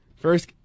First